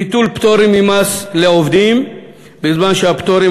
ביטול פטורים ממס לעובדים בזמן שהפטורים